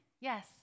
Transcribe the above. yes